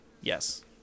Yes